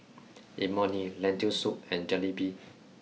Imoni Lentil Soup and Jalebi